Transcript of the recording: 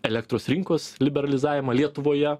elektros rinkos liberalizavimą lietuvoje